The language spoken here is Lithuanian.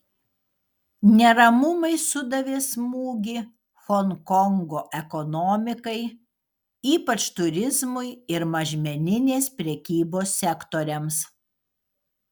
neramumai sudavė smūgį honkongo ekonomikai ypač turizmui ir mažmeninės prekybos sektoriams